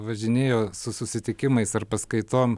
važinėjo su susitikimais ar paskaitom